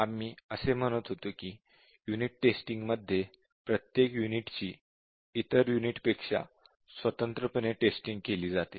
आम्ही असे म्हणत होतो की युनिट टेस्टिंग मध्ये प्रत्येक युनिट ची इतर युनिट्सपेक्षा स्वतंत्रपणे टेस्टिंग केली जाते